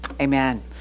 Amen